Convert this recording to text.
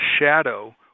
shadow